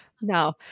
no